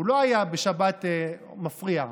הוא לא היה מפריע בשבת,